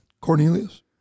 Cornelius